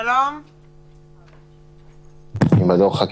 בוועדה